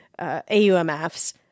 AUMFs